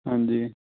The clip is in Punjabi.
ਹਾਂਜੀ